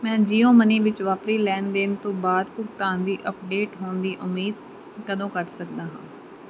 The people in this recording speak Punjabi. ਮੈਂ ਜੀਓ ਮਨੀ ਵਿੱਚ ਵਾਪਰੀ ਲੈਣ ਦੇਣ ਤੋਂ ਬਾਅਦ ਭੁਗਤਾਨ ਦੀ ਅੱਪਡੇਟ ਹੋਣ ਦੀ ਉਮੀਦ ਕਦੋਂ ਕਰ ਸਕਦਾ ਹਾਂ